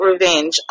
revenge